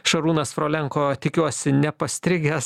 šarūnas folenko tikiuosi nepastrigęs